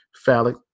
phallic